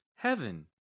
heaven